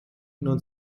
non